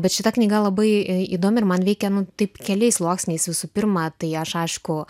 bet šita knyga labai įdomi ir man reikiama nu taip keliais sluoksniais visų pirma tai aš aišku